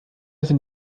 sind